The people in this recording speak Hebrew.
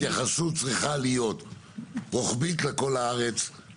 היחיד שנשאר לי פתוח בתקציב לאפשרות